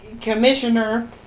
commissioner